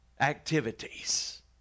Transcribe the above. activities